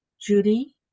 Judy